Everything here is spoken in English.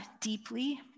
deeply